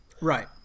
Right